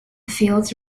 fields